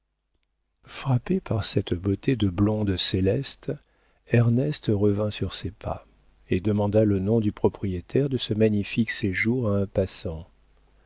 frappé par cette beauté de blonde céleste ernest revint sur ses pas et demanda le nom du propriétaire de ce magnifique séjour à un passant